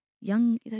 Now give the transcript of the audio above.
young